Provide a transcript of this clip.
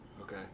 Okay